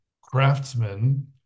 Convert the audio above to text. craftsman